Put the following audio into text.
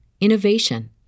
innovation